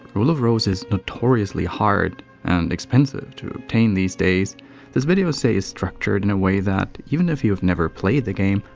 rule of rose is notoriously hard and expensive to obtain these days this video essay is structured in a way that, even if you've never played the game,